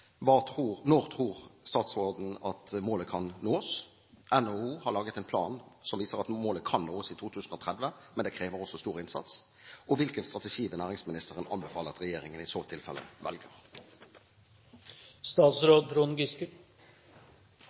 Når tror statsråden at målet kan nås? NHO har laget en plan som viser at målet kan nås i 2030, men det krever også stor innsats. Hvilken strategi vil næringsministeren anbefale at regjeringen i så tilfelle